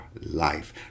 life